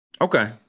Okay